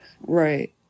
Right